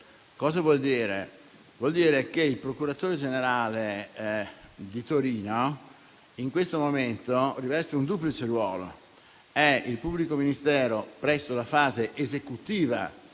Cosa vuol dire? Il procuratore generale di Torino, in questo momento, riveste un duplice ruolo: è il pubblico ministero presso la fase esecutiva